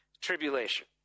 tribulation